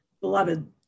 beloved